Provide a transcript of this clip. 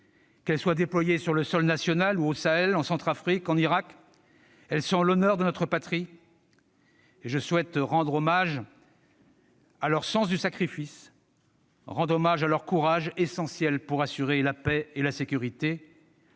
Qu'elles soient déployées sur le sol national ou au Sahel, en Centrafrique ou en Irak, elles sont l'honneur de notre patrie. « Je souhaite rendre hommage à leur sens du sacrifice et à leur courage, essentiels pour assurer la paix et la sécurité.